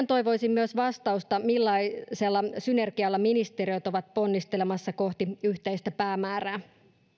toivoisin myös vastausta millaisella synergialla ministeriöt ovat ponnistelemassa kohti yhteistä päämäärää